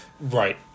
Right